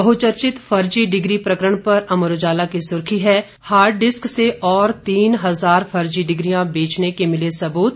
बहचर्चित फर्जी डिग्री प्रकरण पर अमर उजाला की सुर्खी है हार्ड डिस्क से और तीन हजार फर्जी डिग्रीयां बेचने के मिले सबूत